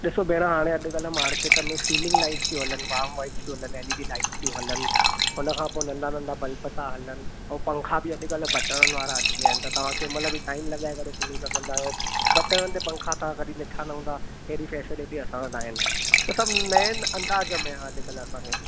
ॾिसो भेण हाणे अॼु कल्ह मार्केट में सीलिंग लाइट्स थियूं हलनि वार्म लाइट्स थियूं हलनि एल ई डी लाइट्स थियूं हलनि हुन खां पोइ नंढा नंढा बल्ब था हलनि ऐं पंखा बि अॼु कल्ह बटणनि वारा अची विया आहिनि त तव्हां कंहिंमहिल बि टाइम लॻाए करे सुम्ही सघंदा आहियो बटण ते पंखा तव्हां कॾहिं ॾिठा न हूंदा हेॾी फैसिलिटी असां वटि आहिनि त सभु नयनि अंदाज़ में अॼु कल्ह असांखे